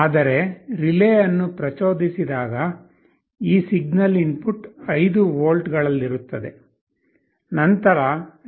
ಆದರೆ ರಿಲೇ ಅನ್ನು ಪ್ರಚೋದಿಸಿದಾಗ ಈ ಸಿಗ್ನಲ್ ಇನ್ಪುಟ್ 5 ವೋಲ್ಟ್ಗಳಲ್ಲಿರುತ್ತದೆ ನಂತರ ರಿವರ್ಸ್ ಸಂಭವಿಸುತ್ತದೆ